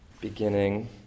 beginning